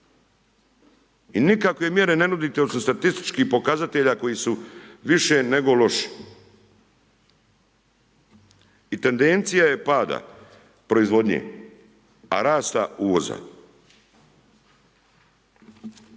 i nikakve mjere ne nudite osim statističkih pokazatelja koji su više nego loši. I tendencija je pada proizvodnje, a rasta uvoza.